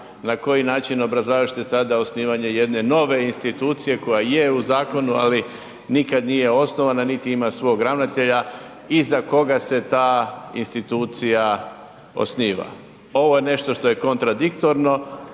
Na koji način obrazlažete sada osnivanje jedne nove institucije, koja je u zakonu, ali nikad nije osnovana niti ima svog ravnatelja i za koga se ta institucija osniva? Ovo je nešto što je kontradiktorno